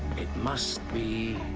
it must be